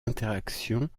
interactions